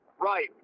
Right